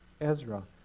ezra